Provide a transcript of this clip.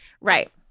right